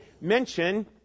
mention